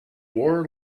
war